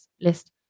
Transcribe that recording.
list